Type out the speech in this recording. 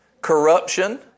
corruption